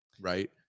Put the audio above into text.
right